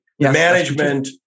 Management